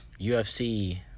UFC